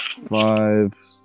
five